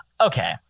okay